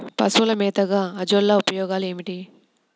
పశువుల మేతగా అజొల్ల ఉపయోగాలు ఏమిటి?